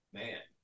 man